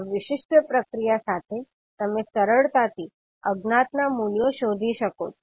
આ વિશિષ્ટ પ્રક્રિયા સાથે તમે સરળતાથી અજ્ઞાત ના મૂલ્યો શોધી શકો છો